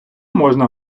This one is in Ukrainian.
можна